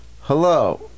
hello